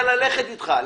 לא,